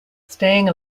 staying